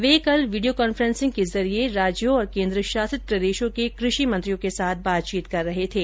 वे कल video conference के जरिये राज्यों और केन्द्रशासित प्रदेशों के क्रषि मंत्रियों के साथ बातचीत कर रहे थे